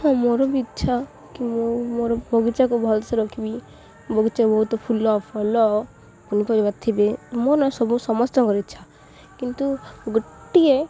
ହଁ ମୋର ବି ଇଚ୍ଛା କି ମୁଁ ମୋର ବଗିଚାକୁ ଭଲ ସେ ରଖିବି ବଗିଚା ବହୁତ ଫୁଲ ଫଳ ପନିପରିବାର ଥିବେ ମୋ ନା ସବୁ ସମସ୍ତଙ୍କର ଇଚ୍ଛା କିନ୍ତୁ ଗୋଟିଏ